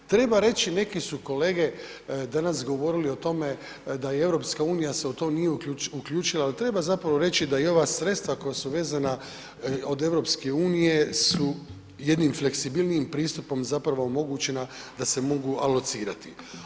Treba reći neki su kolege danas govorili o tome da i EU se u to nije uključila, ali treba zapravo reći da i ova sredstva koja su vezana od EU su jednim fleksibilnijim pristupom zapravo omogućena da se mogu alocirati.